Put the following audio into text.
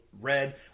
red